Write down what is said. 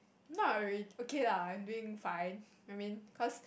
not really okay lah I think fine I mean cause